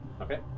Okay